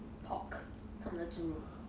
pork 他们的猪肉